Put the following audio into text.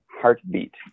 Heartbeat